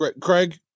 craig